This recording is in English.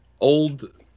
old